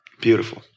Beautiful